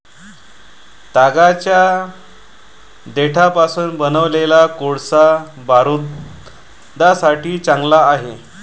तागाच्या देठापासून बनवलेला कोळसा बारूदासाठी चांगला आहे